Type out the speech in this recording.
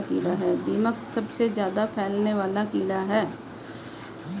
दीमक सबसे ज्यादा फैलने वाला कीड़ा है